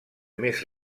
més